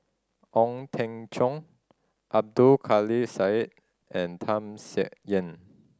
Ong Teng Cheong Abdul Kadir Syed and Tham Sien Yen